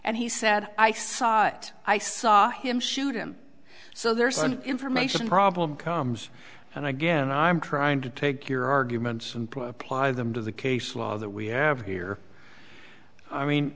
and he said i saw it i saw him shoot him so there is an information problem comes and again i am trying to take your arguments and apply them to the case law that we have here i mean